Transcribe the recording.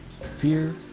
fear